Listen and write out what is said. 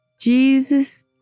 Jesus